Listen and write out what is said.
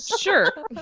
sure